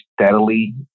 steadily